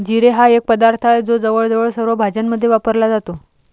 जिरे हा एक पदार्थ आहे जो जवळजवळ सर्व भाज्यांमध्ये वापरला जातो